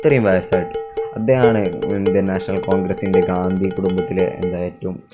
ഇത്രയും വായസ്സായിട്ടും അദ്ദേഹമാണ് ഇന്ത്യന് നാഷണൽ കോൺഗ്രസ്സിൻ്റെ ഗാന്ധി കുടുംബത്തിലെ എന്താണ് ഏറ്റവും